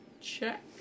check